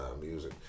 music